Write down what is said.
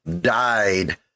died